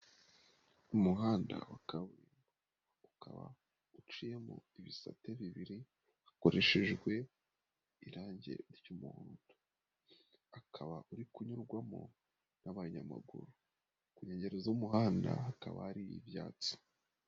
Umuhanda wa kaburimbo. Ukaba uciyemo ibisate bibiri, hakoreshejwe irange ry'umuhondo. Akaba uri kunyurwamo n'abanyamaguru. Ku nkengero z'umuhanda hakaba hari ibyatsi.